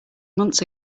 months